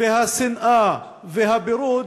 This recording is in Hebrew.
השנאה והפירוד